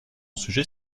sujet